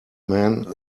man